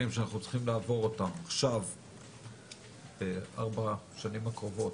שאנחנו צריכים לעבור אותם בארבע השנים הקרובות,